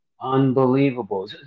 Unbelievable